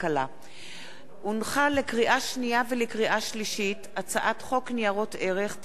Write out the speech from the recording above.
לקריאה שנייה ולקריאה שלישית: הצעת חוק ניירות ערך (תיקון מס' 50),